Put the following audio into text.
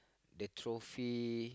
the trophy